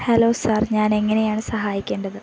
hello sir ഞാൻ എങ്ങനെയാണ് സഹായിക്കേണ്ടത്